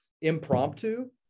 impromptu